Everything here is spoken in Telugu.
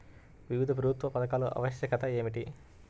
వివిధ ప్రభుత్వ పథకాల ఆవశ్యకత ఏమిటీ?